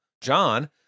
John